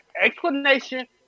explanation